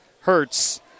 hurts